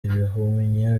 ibihumyo